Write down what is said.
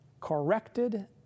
corrected